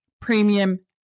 premium